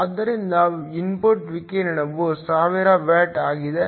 ಆದ್ದರಿಂದ ಇನ್ಪುಟ್ ವಿಕಿರಣವು 1000 ವ್ಯಾಟ್ ಆಗಿದೆ